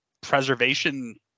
preservation